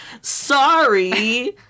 sorry